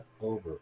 over